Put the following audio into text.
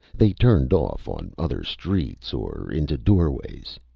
they turned off on other streets or into doorways.